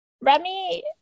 Remy